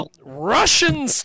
Russian